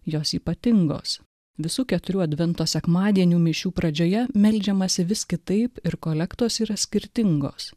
jos ypatingos visų keturių advento sekmadienių mišių pradžioje meldžiamasi vis kitaip ir kolektos yra skirtingos